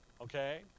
Okay